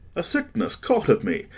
a sickness caught of me,